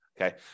Okay